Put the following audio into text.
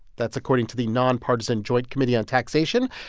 that's according to the nonpartisan joint committee on taxation.